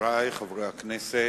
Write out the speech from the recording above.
חברי חברי הכנסת,